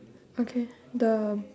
okay the